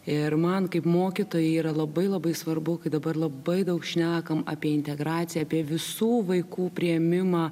ir man kaip mokytojai yra labai labai svarbu kai dabar labai daug šnekam apie integraciją apie visų vaikų priėmimą